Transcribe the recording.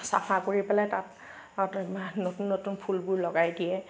চাফা কৰি পেলাই তাত নতুন নতুন নতুন ফুলবোৰ লগাই দিয়ে